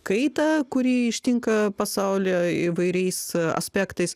kaitą kuri ištinka pasaulio įvairiais aspektais